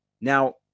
Now